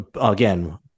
again